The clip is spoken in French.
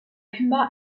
puma